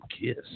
KISS